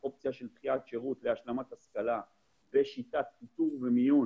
אופציה של דחיית שירות להשלמת השכלה ושיטת טיפול ומיון